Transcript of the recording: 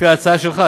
לפי ההצעה שלך,